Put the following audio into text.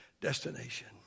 destination